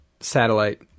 satellite